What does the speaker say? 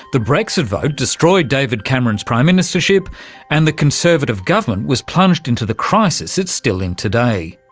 the brexit vote destroyed david cameron's prime ministership and the conservative government was plunged into the crisis it's still in today.